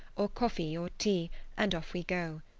or coffee, or tea and off we go.